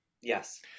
Yes